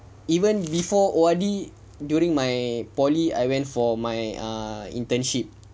even before O_R_D during my poly I went for my err internship